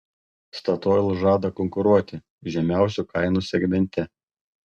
statoil žada konkuruoti žemiausių kainų segmente